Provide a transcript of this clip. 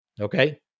okay